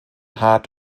hart